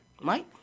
Mike